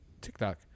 TikTok